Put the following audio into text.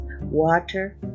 water